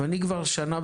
אני כבר שנה,